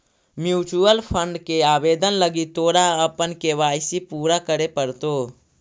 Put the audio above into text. mutual fund के आवेदन लागी तोरा अपन के.वाई.सी पूरा करे पड़तो